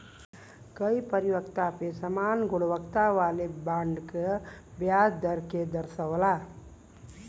कई परिपक्वता पे समान गुणवत्ता वाले बॉन्ड क ब्याज दर के दर्शावला